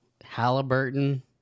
Halliburton